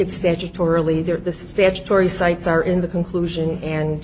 that the statutory sites are in the conclusion and